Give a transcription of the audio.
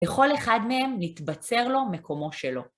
וכל אחד מהם נתבצר לו מקומו שלו.